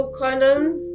condoms